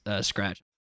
scratch